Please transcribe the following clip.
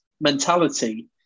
mentality